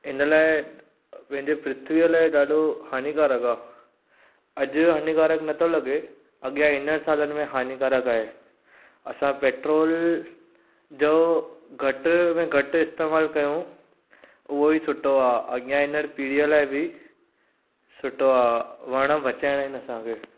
हिन लाइ पंहिंजे पृथ्वीअ लाइ ॾाढो हानिकारक आहे अॼु हानिकारक नथो लॻे अॻियां ईंदे सालनि में हानिकारक आहे असां पैट्रोल जो घटि में घटि इस्तेमालु कयूं उहो ई सुठो आहे अॻियां इंदड़ पीढ़ीअ लाइ बि सुठो आहे वणु बचाइणा आइनि असांखे